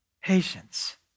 Patience